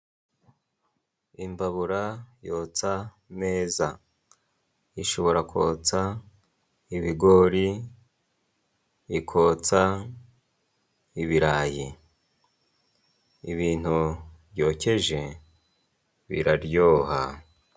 Imbabura yotsa neza, ishobora kotsa ibigori, ikotsa ibirayi. Ibintu byokeje biraryoha.